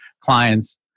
clients